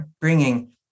bringing